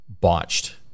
botched